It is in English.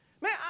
Man